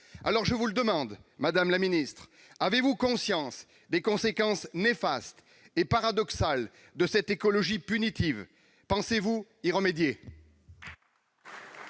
interdites chez nous. Madame la ministre, avez-vous conscience des conséquences néfastes et paradoxales de cette écologie punitive ? Pensez-vous y remédier ?